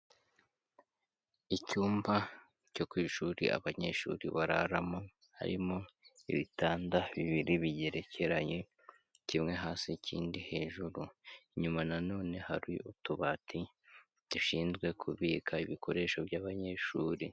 Icyumba cyo ku ishuri abanyeshuri bararamo harimo ibitanda bibiri bigerekeranye kimwe hasi ikindi hejuru, inyuma na none hari utubati dushinzwe kubika ibikoresho by'abanyeshuri.